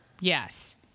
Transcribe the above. Yes